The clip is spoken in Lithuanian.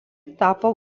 tapo